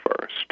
first